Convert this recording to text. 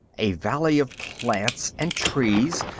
a valley of plants and trees,